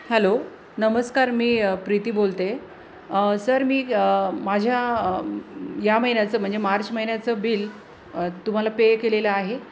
hello नमस्कार मी प्रीती बोलते सर मी माझ्या या महिन्याचं म्हणजे मार्च महिन्याचं बिल तुम्हाला पे केलेलं आहे